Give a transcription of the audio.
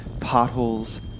potholes